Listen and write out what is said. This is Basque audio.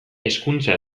hezkuntza